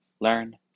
learn